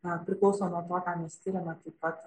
na priklauso nuo to ką mes tiriame taip pat